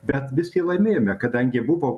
bet visgi laimėjome kadangi buvo